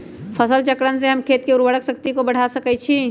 फसल चक्रण से हम खेत के उर्वरक शक्ति बढ़ा सकैछि?